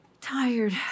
tired